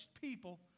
people